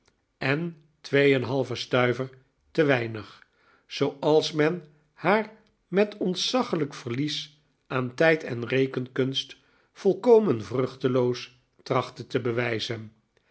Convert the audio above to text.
en twee en een halven stuiver te weinig zooals men haar met ontzaglijk verlies aan tijd en rekenkunst vblkomen vruchteloos trachtte te bewijzen